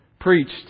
preached